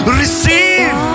receive